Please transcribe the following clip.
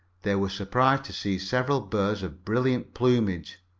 they were surprised to see several birds of brilliant plumage.